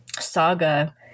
saga